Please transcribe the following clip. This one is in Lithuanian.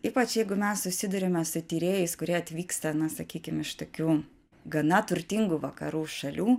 ypač jeigu mes susiduriame su tyrėjais kurie atvyksta na sakykim iš tokių gana turtingų vakarų šalių